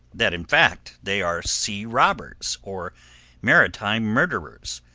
that, in fact, they are sea-robbers or maritime murderers,